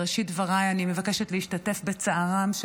בראשית דבריי אני מבקשת להשתתף בצערן של